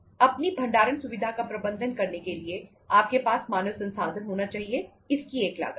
अपनी भंडारण सुविधा का प्रबंधन करने के लिए आपके पास मानव संसाधन होना चाहिए इसकी एक लागत है